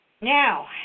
Now